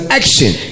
action